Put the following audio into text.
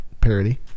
parody